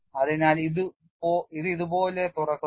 അതിനാൽ ഇത് ഇതുപോലെ തുറക്കുന്നു